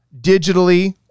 digitally